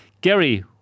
Gary